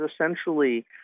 essentially